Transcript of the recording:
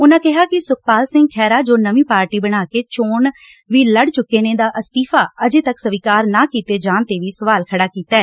ਉਨੂਂ ਕਿਹਾ ਕਿ ਸੁਖਪਾਲ ਸਿੰਘ ਖਹਿਰਾ ਜੋ ਨਵੀਂ ਪਾਰਟੀ ਬਣਾ ਕੇ ਚੋਣ ਦੀ ਲੜ ਚੁੱਕੇ ਨੇ ਦਾ ਅਸਤੀਫ਼ਾ ਅਜੇ ਤੱਕ ਸਵੀਕਾਰ ਨਾ ਕੀਤੇ ਜਾਣ ਤੇ ਵੀ ਸਵਾਲ ਖੜ੍ਹਾ ਕੀਤੈ